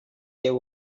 there